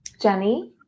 Jenny